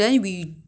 winter melon